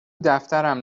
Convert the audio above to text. دفترم